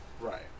right